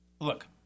look